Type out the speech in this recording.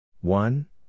one